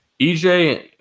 EJ